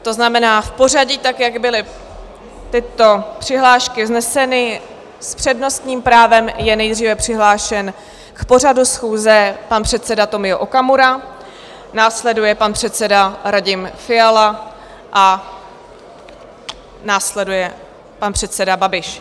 To znamená, v pořadí tak, jak byly tyto přihlášky vzneseny, s přednostním právem je nejdříve přihlášen k pořadu schůze pan předseda Tomio Okamura, následuje pan předseda Radim Fiala a následuje pan předseda Babiš.